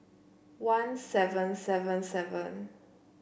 one seven seven seven